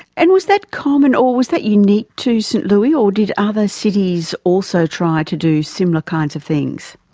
and was that common or was that unique to st louis or did other cities also try to do similar kinds of things?